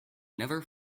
never